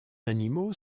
animaux